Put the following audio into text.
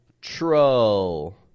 troll